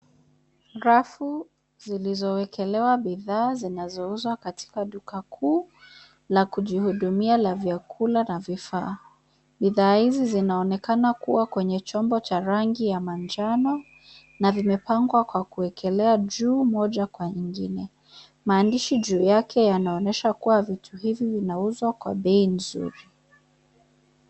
Rafu zilizowekelewa bidhaa zinazouzwa katika duka kuu la kujihudumia la vyakula na vifaa. Bidhaa hizi zinaonekana kuwa kwenye chombo cha rangi ya manjano na vimepangwa kwa kuwekelea juu moja kwa nyingine. Maandishi juu yake yanaonyesha kuwa vitu hivi vinauzwa kwa bei nzuri.